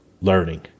learning